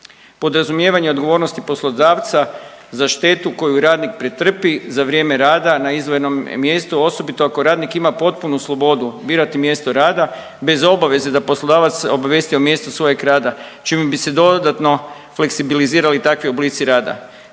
podrazumijevanje odgovornosti poslodavca za štetu koju radnik pretrpi za vrijeme rada na izdvojenom mjestu osobito ako radnik ima potpunu slobodu birati mjesto rada bez obaveze da poslodavca obavijesti o mjestu svojeg rada čime bi se dodatno fleksibilizirali takvi oblici rada.